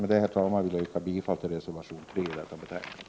Med det anförda vill jag yrka bifall till reservation 3 i betänkandet.